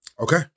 Okay